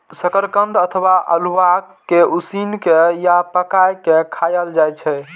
शकरकंद अथवा अल्हुआ कें उसिन के या पकाय के खायल जाए छै